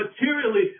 materially